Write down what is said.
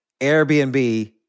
Airbnb